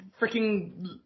freaking